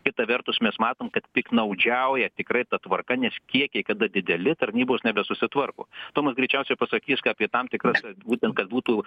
kita vertus mes matom kad piktnaudžiauja tikrai ta tvarka nes kiekiai kada dideli tarnybos nebesusitvarko tomas greičiausia pasakys apie tam tikras būtent kad būtų